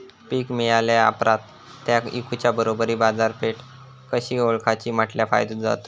पीक मिळाल्या ऑप्रात ता इकुच्या बरोबर बाजारपेठ कशी ओळखाची म्हटल्या फायदो जातलो?